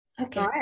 okay